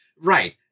Right